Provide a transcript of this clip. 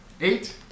Eight